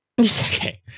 Okay